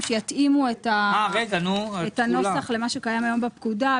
שיתאימו את הנוסח למה שקיים היום בפקודה.